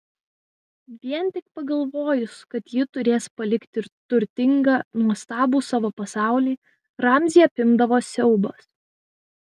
vien tik pagalvojus kad ji turės palikti turtingą nuostabų savo pasaulį ramzį apimdavo siaubas